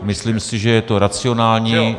Myslím si, že je to racionální.